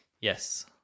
Yes